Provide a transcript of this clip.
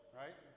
right